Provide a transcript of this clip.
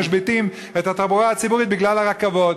משביתים את התחבורה הציבורית בגלל הרכבות.